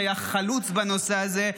שהיה חלוץ בנושא הזה,